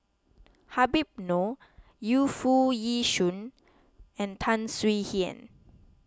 Habib Noh Yu Foo Yee Shoon and Tan Swie Hian